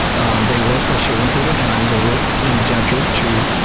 um they work for a certain period of time, they were indentured to